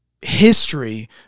history